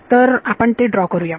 तर आपण ते ड्रॉ करूया